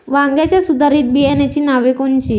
वांग्याच्या सुधारित बियाणांची नावे कोनची?